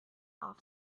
off